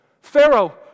Pharaoh